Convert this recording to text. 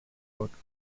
books